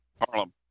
Harlem